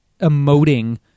emoting